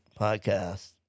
podcast